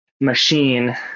machine